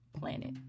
planet